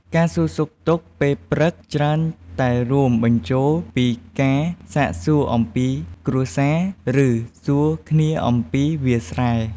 ការសួរសុខទុក្ខពេលព្រឹកច្រើនតែរួមបញ្ចូលពី ការសាកសួរអំពីគ្រួសារ ឬ សួរគ្នាអំពីវាលស្រែ។